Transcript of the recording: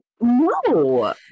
No